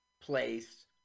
place